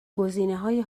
گزینههای